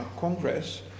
Congress